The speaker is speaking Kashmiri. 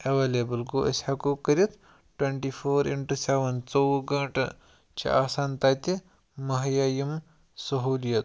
ایٚویلیبٕل گوٚو أسۍ ہیٚکو کٔرِتھ ٹُوَنٹی فور اِنٹو سیٚوَن ژوٚوُہ گٲنٛٹہٕ چھِ آسان تَتہِ مہیا یِم سہوٗلیت